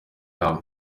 yawo